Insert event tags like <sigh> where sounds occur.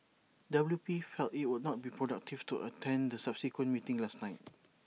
W P felt IT would not be productive to attend the subsequent meeting <noise> last night <noise>